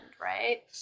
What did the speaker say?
right